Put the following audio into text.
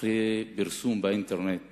אחרי פרסום באינטרנט